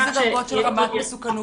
איזה דרגות יש של רמת מסוכנות?